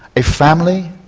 a family,